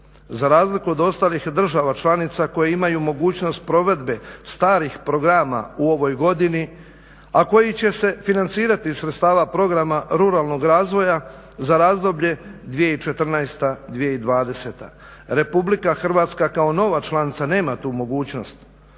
Za razliku od ostalih država članica koje imaju mogućnost provedbe starih programa u ovoj godini a koji će se financirati iz sredstava programa ruralnog razvoja za razdoblje 2014./2020. Republika Hrvatska kao nova članica nema tu mogućnost